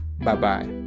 Bye-bye